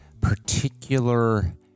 particular